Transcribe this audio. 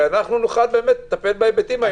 ונוכל לטפל בהיבטים האלה.